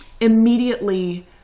immediately